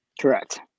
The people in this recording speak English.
Correct